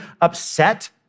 upset